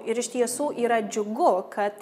ir iš tiesų yra džiugu kad